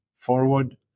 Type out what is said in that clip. forward